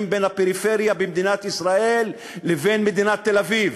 בין הפריפריה במדינת ישראל לבין מדינת תל-אביב?